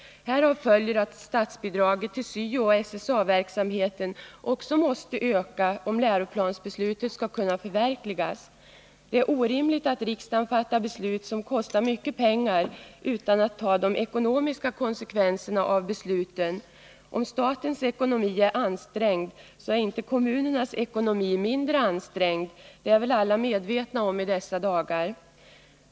Härav följer att statsbidraget till SYO och SSA-verksamheten också måste öka, om läroplansbeslutet skall kunna förverkligas. Det är orimligt att riksdagen fattar beslut som kostar mycket pengar utan att den tar de ekonomiska konsekvenserna av besluten. Statens ekonomi är visserligen ansträngd, men kommunernas ekonomi är inte mindre ansträngd. Det är väl alla medvetna om i dessa dagar.